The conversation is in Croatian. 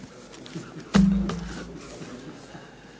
Hvala vam